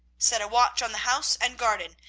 set a watch on the house and garden.